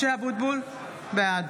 (קוראת בשמות חברי הכנסת) משה אבוטבול, בעד